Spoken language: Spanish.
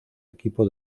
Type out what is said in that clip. equipo